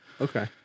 Okay